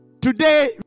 Today